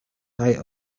height